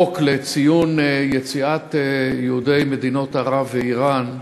החוק לציון יום היציאה והגירוש של היהודים מארצות ערב ומאיראן,